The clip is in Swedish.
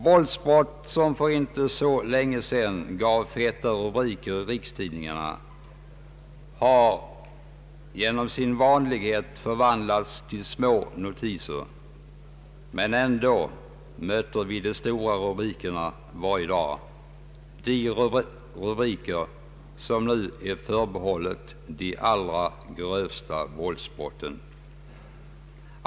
Våldsbrott som för inte så länge sedan gav upphov till feta rubriker i rikstidningarna har numera blivit så vanliga att de endast föranle der smånotiser. Men ändå möter vi varje dag i tidningarna stora rubriker som nu förbehålls de allra grövsta våldsbrotten.